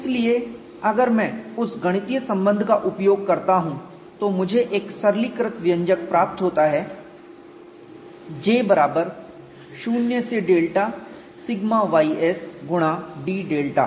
इसलिए अगर मैं उस गणितीय संबंध का उपयोग करता हूं तो मुझे एक सरलीकृत व्यंजक प्राप्त होता है J बराबर 0 से डेल्टा σys गुणा d डेल्टा